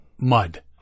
mud